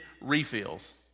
refills